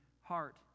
heart